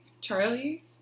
Charlie